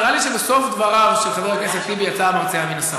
נראה לי שבסוף דבריו של חבר הכנסת טיבי יצא המרצע מן השק,